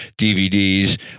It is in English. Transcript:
DVDs